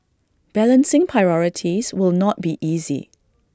balancing priorities will not be easy